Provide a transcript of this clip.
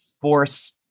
force